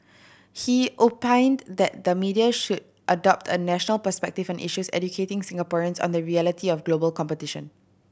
he opined that the media should adopt a national perspective on issues educating Singaporeans on the reality of global competition